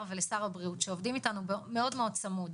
ולשר הבריאות שעובדים איתנו מאוד צמוד.